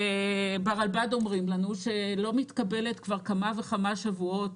ברלב"ד אומרים לנו שלא מתקבלת כבר כמה וכמה שבועות,